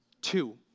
Two